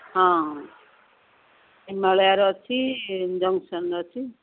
ହଁ ହିମାଳୟର ଅଛି ଜନ୍ସନ୍ ଅଛି